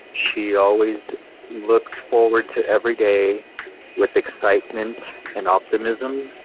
she always looks forward to every day with excitement and optimism.